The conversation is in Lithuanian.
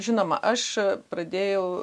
žinoma aš pradėjau